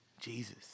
Jesus